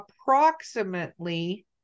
approximately